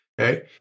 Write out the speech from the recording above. Okay